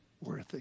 worthy